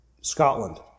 Scotland